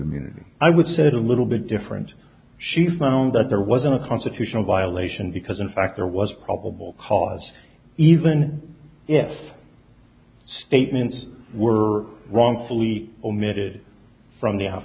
immunity i would said a little bit different she found that there wasn't a constitutional violation because in fact there was probable cause even if statements were wrongfully omitted from the